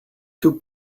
two